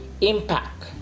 Impact